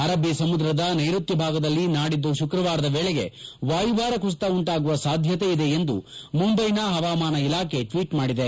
ಅರಬ್ಬ ಸಮುದ್ರದ ನೈಋತ್ಯ ಭಾಗದಲ್ಲಿ ನಾಡಿದ್ದು ಶುಕ್ರವಾರದ ವೇಳೆಗೆ ವಾಯುಭಾರ ಕುಸಿತ ಉಂಟಾಗುವ ಸಾಧ್ಲತೆ ಇದೆ ಎಂದು ಮುಂಬೈನ ಹವಾಮಾನ ಇಲಾಖೆ ಟ್ವೀಟ್ ಮಾಡಿದೆ